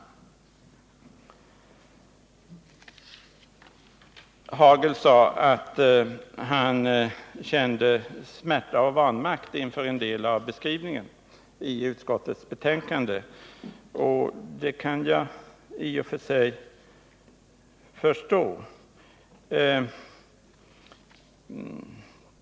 republiken Östra Rolf Hagel sade att han kände smärta och vanmakt inför en del av Timor. m.m. beskrivningen i utskottets betänkande. Det kan jag i och för sig förstå.